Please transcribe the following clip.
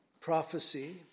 prophecy